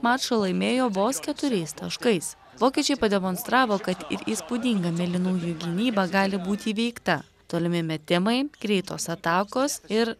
mačą laimėjo vos keturiais taškais vokiečiai pademonstravo kad ir įspūdinga mėlynųjų gynyba gali būti įveikta tolimi metimai greitos atakos ir